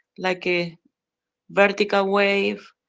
like a vertical wave,